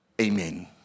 Amen